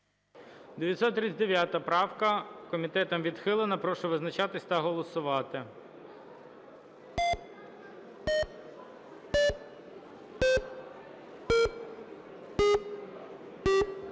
982 правка, комітетом не підтримана. Прошу визначатись та голосувати.